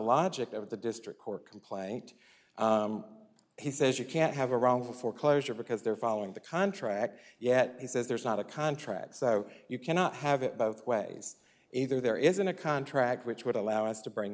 the district court complaint he says you can't have a wrongful foreclosure because they're following the contract yet he says there's not a contract so you cannot have it both ways either there isn't a contract which would allow us to bring